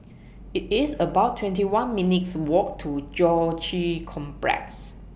IT IS about twenty one minutes' Walk to Joo Chiat Complex